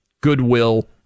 goodwill